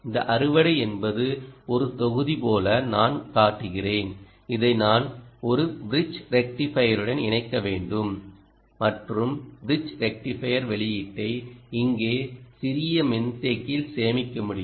இந்த அறுவடை என்பது ஒரு தொகுதி போல நான் காட்டுகிறேன் அதை நான் ஒரு பிரிட்ஜ் ரெக்டிஃபையருடன் இணைக்க வேண்டும் மற்றும் பிரிட்ஜ் ரெக்டிஃபையர் வெளியீட்டை இங்கே ஒரு சிறிய மின்தேக்கியில் சேமிக்க முடியும்